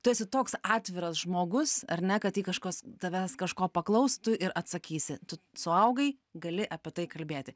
tu esi toks atviras žmogus ar ne kad jei kažkas tavęs kažko paklaustų ir atsakysi tu suaugai gali apie tai kalbėti